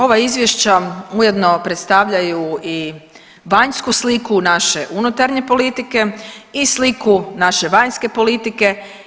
Ova izvješća ujedno predstavljaju i vanjsku sliku naše unutarnje politike i sliku naše vanjske politike.